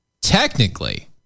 technically